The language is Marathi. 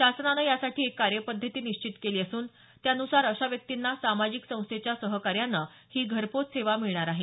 शासनाने यासाठी एक कार्यपद्धती निश्चित केली असून त्यानुसार अशा व्यक्तींना सामाजिक संस्थेच्या सहकार्याने ही घरपोच सेवा मिळणार आहे